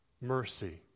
mercy